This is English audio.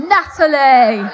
Natalie